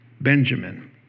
Benjamin